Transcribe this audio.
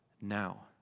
now